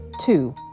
Two